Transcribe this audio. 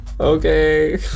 Okay